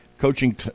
coaching